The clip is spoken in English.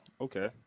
Okay